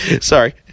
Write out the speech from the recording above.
Sorry